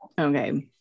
Okay